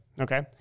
Okay